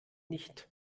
nicht